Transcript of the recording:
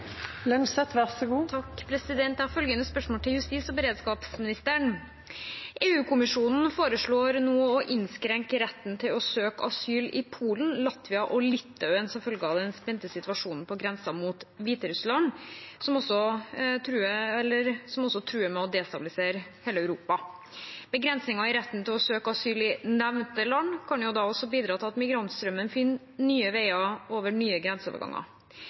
Jeg har følgende spørsmål til justis- og beredskapsministeren: «EU-kommisjonen foreslår å innskrenke retten til å søke asyl i Polen, Latvia og Litauen som følge av den spente situasjonen på grensen mot Hviterussland, som også truer med å destabilisere Europa. Begrensninger i retten til å søke asyl i nevnte land kan bidra til at migrantstrømmen finner veien til nye grenseoverganger.